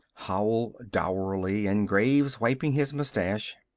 howell dourly and graves wiping his moustache.